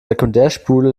sekundärspule